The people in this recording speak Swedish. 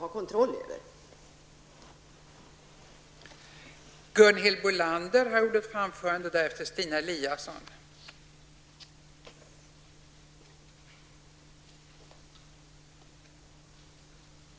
Luftfartsverkets verksamhet